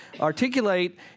articulate